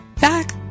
back